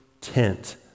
tent